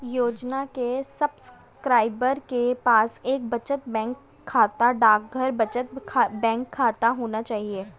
योजना के सब्सक्राइबर के पास एक बचत बैंक खाता, डाकघर बचत बैंक खाता होना चाहिए